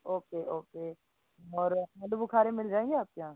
okay okay और आलू बुखारे मिल जाएंगे आपके यहाँ